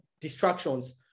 distractions